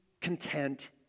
content